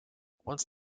once